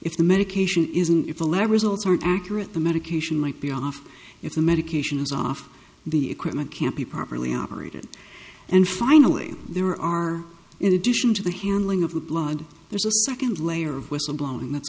if the medication isn't if the lab results are accurate the medication might be off if the medication is off the equipment can't be properly operated and finally there are in addition to the handling of the blood there's a second layer of whistleblowing that's